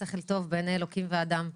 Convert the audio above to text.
ושכל טוב בעיני אלוקים והאדם.